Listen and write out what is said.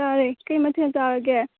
ꯆꯥꯔꯦ ꯀꯔꯤ ꯃꯊꯦꯜ ꯆꯥꯔꯒꯦ